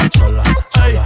sola